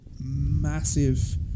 massive